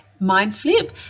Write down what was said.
Mindflip